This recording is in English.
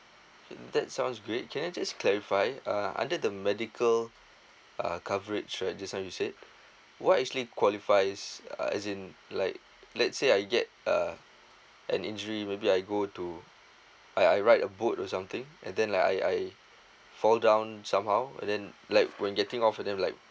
that sounds great can I just clarify uh under the medical uh coverage right just now you said what actually qualifies uh as in like let's say I get uh an injury maybe I go to I I ride a boat or something and then like I I fall down somehow and then like when getting off of them like